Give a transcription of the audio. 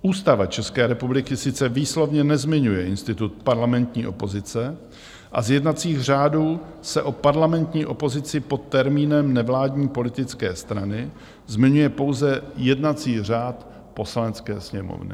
Ústava České republiky sice výslovně nezmiňuje institut parlamentní opozice a z jednacích řádů se o parlamentní opozici pod termínem nevládní politické strany zmiňuje pouze jednací řád Poslanecké sněmovny.